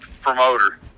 promoter